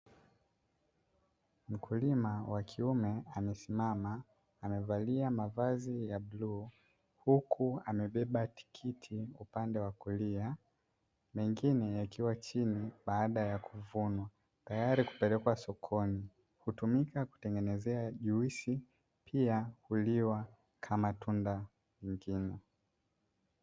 Mkulima wa kiume amesimama, amevalia mavazi ya bluu huku amebeba tikiti upande wa kulia, mengine yakiwa chini baada ya kuvunwa tayari kupelekwa sokoni. Hutumika kutengenezea juisi pia huliwa kama matunda lingine.